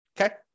okay